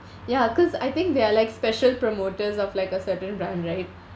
ya cause I think they are like special promoters of like a certain brand right